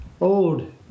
old